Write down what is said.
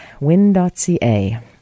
win.ca